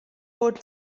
bod